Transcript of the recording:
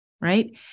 right